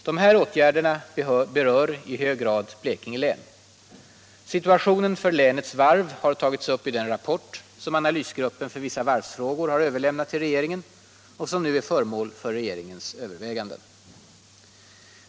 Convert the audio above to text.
De här åtgärderna berör i hög grad Blekinge län. Situationen för länets varv har tagits upp i den rapport som analysgruppen för vissa varvsfrågor har överlämnat till regeringen och som nu är föremål för regeringens överväganden.